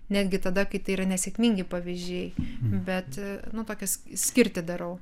netgi tada kai tai yra nesėkmingi pavyzdžiai bet nu tokią skirtį darau